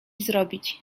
zrobić